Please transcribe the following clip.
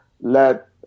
let